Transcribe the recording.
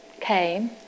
came